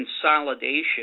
consolidation